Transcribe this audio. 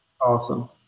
awesome